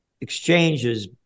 Exchanges